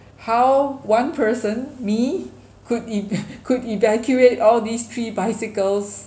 how one person me could e~ could evacuate all these three bicycles